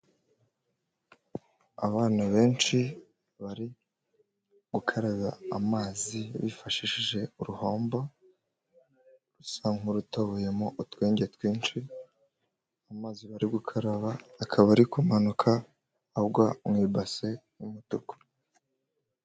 Abana benshi bari gukaraba amazi bifashishije uruhombo rusa nk'urutoboyemo utwenge twinshi, amazi bari gukaraba akaba ari kumanuka agwa mu ibase y'umutuku.